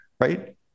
right